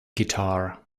guitar